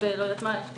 זאת